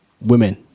women